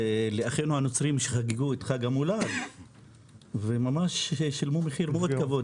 לאחינו הנוצרים שחגגו את חג המולד ושילמו ממש מחיר כבד מאוד,